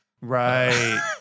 right